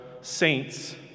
saints